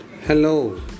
Hello